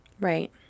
Right